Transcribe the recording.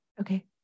Okay